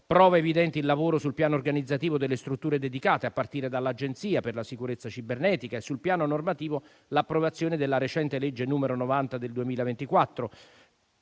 prova evidente il lavoro sul piano organizzativo delle strutture dedicate, a partire dall'Agenzia per la sicurezza cibernetica, e sul piano normativo l'approvazione della recente legge n. 90 del 2024.